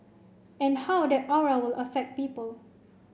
and how that aura will affect people